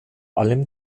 allem